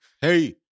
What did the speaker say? Hey